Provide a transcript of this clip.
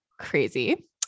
crazy